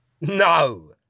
No